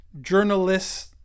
journalists